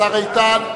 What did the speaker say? השר איתן.